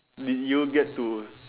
did you get to